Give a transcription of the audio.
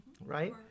right